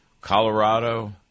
Colorado